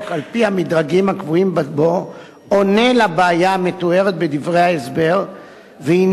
על-פי המדרגים הקבועים בו פותר את הבעיה המתוארת בדברי ההסבר והוא